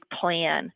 plan